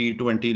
T20